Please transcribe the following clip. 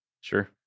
Sure